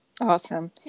Awesome